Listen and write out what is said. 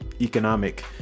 economic